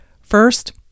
First